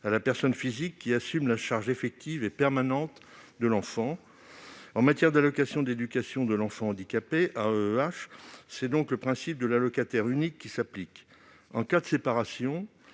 à la personne physique qui assume la charge effective et permanente de l'enfant. En matière d'allocation d'éducation de l'enfant handicapé (AEEH), c'est donc le principe de l'allocataire unique qui s'applique. En cas de séparation,